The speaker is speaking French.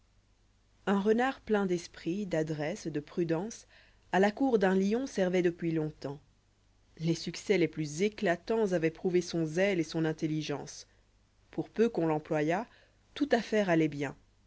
un renard plein d'esprit d'adresse de prudence a la cour d'un lion servoit depuis long-temps les succès les plus éclatants âvoient prouvé son zèle et son intelligence pour peu qu'on l'employât toute affaire alloit bien